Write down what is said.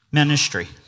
ministry